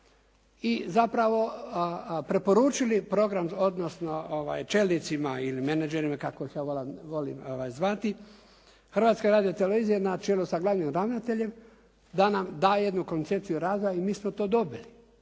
i zapravo preporučili program čelnicima ili menagerima kako ih ja volim zvati, Hrvatska radiotelevizija na čelu sa glavnim ravnateljem da nam da jednu koncepciju rada i mi smo to dobili.